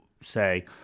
say